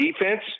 defense